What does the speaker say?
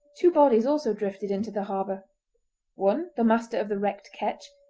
two bodies also drifted into the harbour one the master of the wrecked ketch,